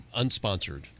unsponsored